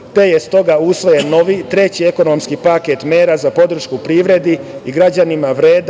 te je stoga usvojen novi treći ekonomski paket mera za podršku privredi i građanima, vredan